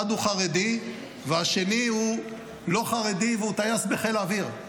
אחד הוא חרדי והשני הוא לא חרדי והוא טייס בחיל האוויר,